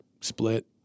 split